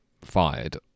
fired